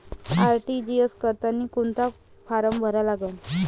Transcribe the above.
RTGS करासाठी कोंता form भरा लागन?